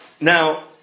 Now